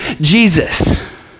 Jesus